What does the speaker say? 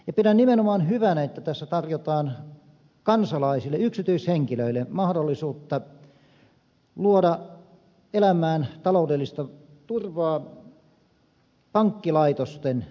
pidän nimenomaan hyvänä että tässä tarjotaan kansalaisille yksityishenkilöille mahdollisuutta luoda elämään taloudellista turvaa pankkilaitosten kautta